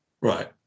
Right